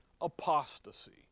apostasy